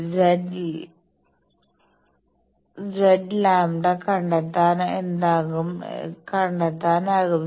5 Z lambda എന്താണെന്ന് കണ്ടെത്താനാകും